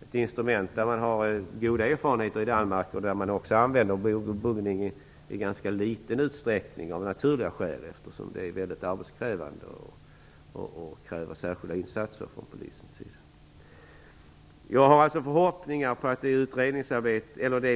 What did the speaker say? Det är ett instrument som man har goda erfarenheter av och som man använder i ganska liten utsträckning, av naturliga skäl, eftersom det är väldigt arbetskrävande och kräver särskilda insatser från Jag har alltså förhoppningar om att det